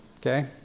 okay